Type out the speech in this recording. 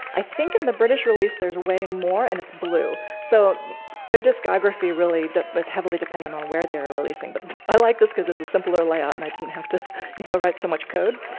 i think in the british release, there's way more and it's blue. so their discography really was heavily dependent on where they were releasing, but i like this because it's a simpler layout. and i didn't have to you know write so much code.